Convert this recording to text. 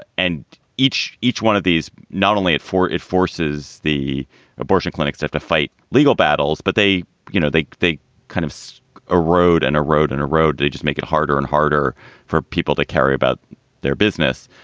and each each one of these not only at four. it forces the abortion clinics have to fight legal battles. but they you know, they they kind of so a road and a road and a road. they just make it harder and harder for people to carry about their business.